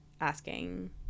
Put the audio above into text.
asking